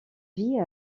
vit